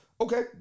Okay